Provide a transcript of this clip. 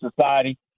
society